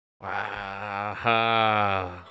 Wow